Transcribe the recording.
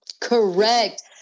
Correct